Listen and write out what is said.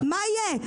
מה יהיה?